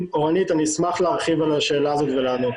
אני אשמח להרחיב על השאלה הזאת ולענות.